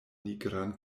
nigran